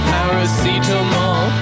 Paracetamol